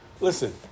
Listen